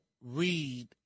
read